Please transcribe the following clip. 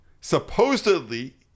supposedly